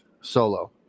solo